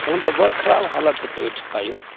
तहन तऽ बड़ खराब हालत हेतै ओहिठामका यौ